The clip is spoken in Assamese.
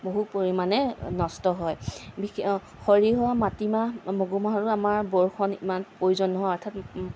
বহু পৰিমাণে নষ্ট হয় বিশে সৰিয়হ মাটিমাহ মগুমাহৰো আমাৰ বৰষুণ ইমান প্ৰয়োজন নহয় অৰ্থাৎ